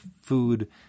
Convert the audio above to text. food